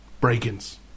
break-ins